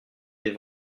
des